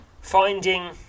Finding